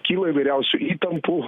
kyla įvairiausių įtampų